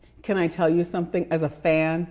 can i tell you something, as a fan